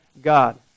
God